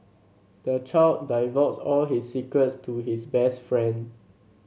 the child divulged all his secrets to his best friend